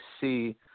see